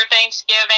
thanksgiving